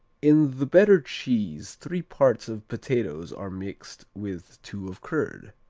in the better cheese three parts of potatoes are mixed with two of curd.